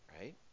right